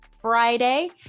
Friday